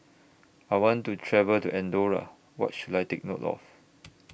I want to travel to Andorra What should I Take note of